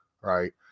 right